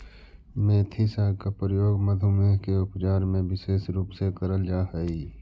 मेथी साग का प्रयोग मधुमेह के उपचार में विशेष रूप से करल जा हई